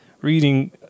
reading